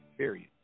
Period